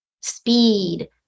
speed